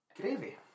Gravy